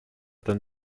than